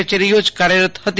કચેરીઓ જ કાર્યરત હતી